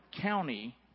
county